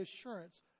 assurance